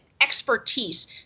Expertise